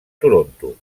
toronto